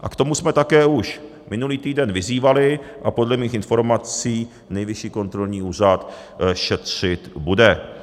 A k tomu jsme také už minulý týden vyzývali a podle mých informací Nejvyšší kontrolní úřad šetřit bude.